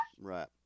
right